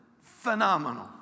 Phenomenal